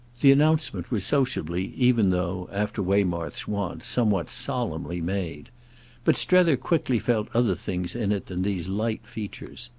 the announcement was sociably, even though, after waymarsh's wont, somewhat solemnly made but strether quickly felt other things in it than these light features.